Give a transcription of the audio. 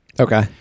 Okay